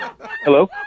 Hello